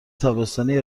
تابستانی